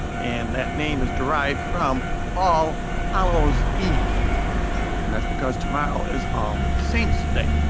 and that name is derived from all hallows eve and that's because tomorrow is all saints day